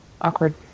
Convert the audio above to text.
awkward